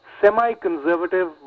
semi-conservative